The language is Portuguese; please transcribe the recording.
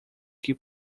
que